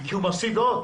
כי הוא מפסיד עוד.